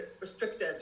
restricted